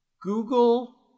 Google